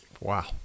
Wow